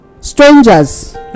strangers